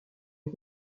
les